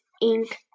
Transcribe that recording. ink